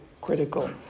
critical